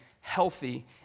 healthy